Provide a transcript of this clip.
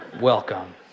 Welcome